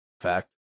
fact